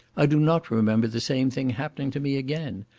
i do not remember the same thing happening to me again,